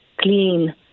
clean